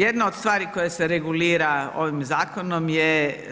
Jedna od stvari koja se regulira ovim zakonom je